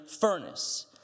furnace